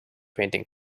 painting